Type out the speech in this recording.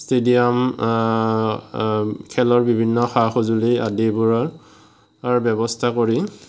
stadium খেলৰ বিভিন্ন সা সঁজুলি আদিবোৰৰ ব্যৱস্থা কৰি